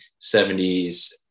70s